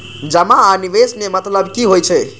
जमा आ निवेश में मतलब कि होई छै?